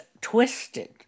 twisted